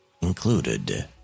included